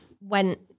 went